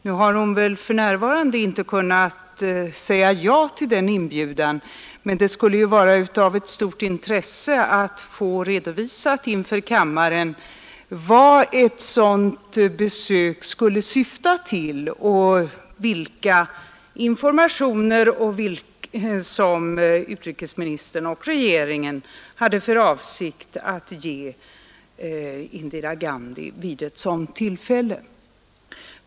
Nu har hon väl för närvarande inte kunnat tacka ja till den inbjudan, men det skulle vara av ett stort intresse att få redovisat inför kammaren vad ett sådant besök skulle syfta till och vilka informationer som utrikesministern och regeringen hade för avsikt att ge Indira Gandhi vid ett sådant tillfälle.